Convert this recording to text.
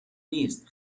نیست